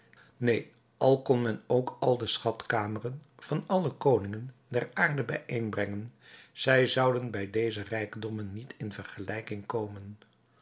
neen al kon men ook al de schatkameren van alle koningen der aarde bijeenbrengen zij zouden bij deze rijkdommen niet in vergelijking komen